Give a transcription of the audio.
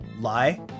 lie